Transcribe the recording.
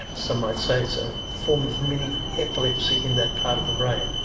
some might say it's a form of mini epilepsy in that part of the brain.